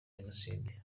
jenoside